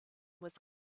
was